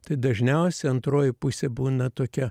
tai dažniausiai antroji pusė būna tokia